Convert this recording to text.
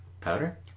Powder